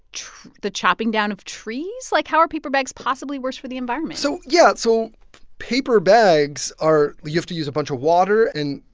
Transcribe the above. the chopping down of trees? like, how are paper bags possibly worse for the environment? so yeah. so paper bags are you have to use a bunch of water. and,